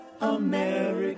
America